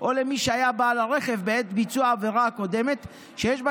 או למי שהיה בעל הרכב בעת ביצוע העבירה הקודמת שיש בה